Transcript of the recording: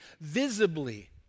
visibly